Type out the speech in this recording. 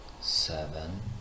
seven